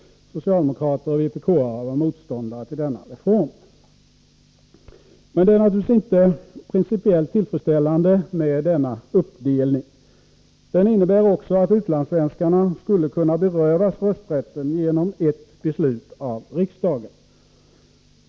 Socialdemokrater och vpk-are var motståndare till denna reform. Men det är naturligtvis inte principiellt tillfredsställande med denna uppdelning. Den innebär också att utlandssvenskarna skulle kunna berövas rösträtten genom ett beslut av riksdagen.